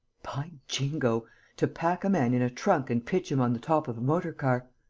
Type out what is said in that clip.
by jingo! to pack a man in a trunk and pitch him on the top of a motorcar.